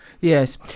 Yes